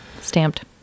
Stamped